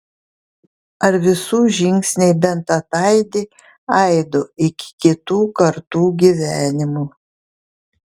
ar visų žingsniai bent ataidi aidu iki kitų kartų gyvenimų